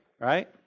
right